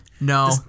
No